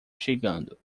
chegando